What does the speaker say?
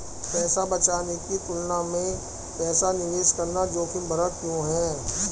पैसा बचाने की तुलना में पैसा निवेश करना जोखिम भरा क्यों है?